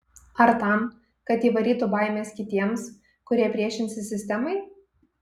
ar tam kad įvarytų baimės kitiems kurie priešinsis sistemai